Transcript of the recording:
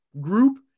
group